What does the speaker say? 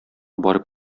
барып